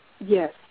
Yes